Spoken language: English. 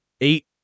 eight